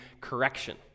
correction